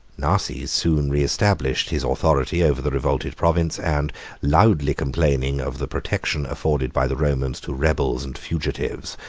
narses soon reestablished his authority over the revolted province and loudly complaining of the protection afforded by the romans to rebels and fugitives,